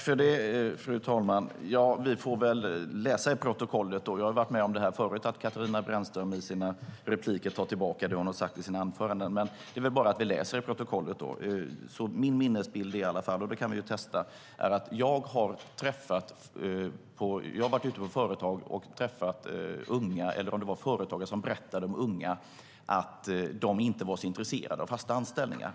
Fru talman! Vi får väl läsa i protokollet då. Jag har varit med om förut att Katarina Brännström i sina repliker tar tillbaka det hon har sagt i sina anföranden. Men det är väl bara att vi läser i protokollet. Min minnesbild är i alla fall, och det kan vi ju testa, att du sade att du har varit ute på företag och träffat unga eller om det var företagare som berättade om unga som inte var så intresserade av fasta anställningar.